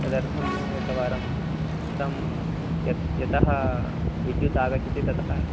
तदर्थम् एकवारं स्तं यत् यतः विद्युत् आगच्छति ततः